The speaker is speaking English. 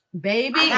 baby